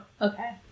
Okay